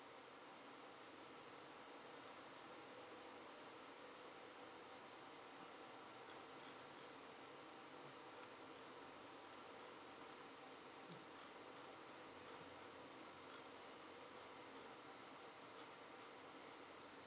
mm mm